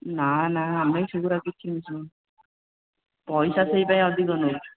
ନା ନା ଆମେ ସେଗୁଡ଼ା କିଛି ମିଶଉନୁ ପଇସା ସେ ପାଇଁ ଅଧିକ ନେଉଛୁ